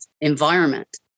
environment